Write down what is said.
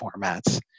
formats